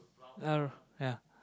uh ya